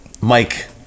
Mike